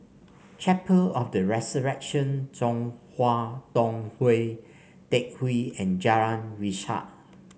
Chapel of The Resurrection Chong Hua Tong Teck Hwee and Jalan Resak